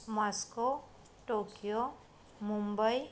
Moscow Tokyo Mumbai